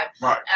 right